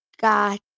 got